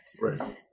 right